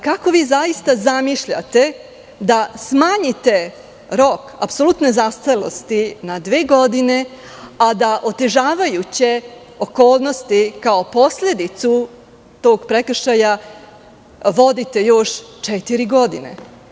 Kako vi zaista zamišljate da smanjite rok apsolutne zastarelosti na dve godine, a da otežavajuće okolnosti, kao posledicu tog prekršaja, vodite još četiri godine?